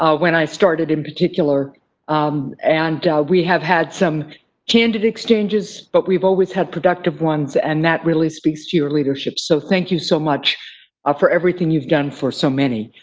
ah when i started in particular um and we have had some candid exchanges, but we've always had productive ones and that really speaks to your leadership. so, thank you so much for everything you've done for so many.